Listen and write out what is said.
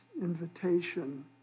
invitation